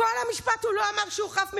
כל המשפט הוא לא אמר שהוא חף מפשע.